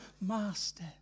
Master